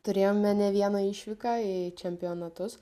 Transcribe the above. turėjome ne vieną išvyką į čempionatus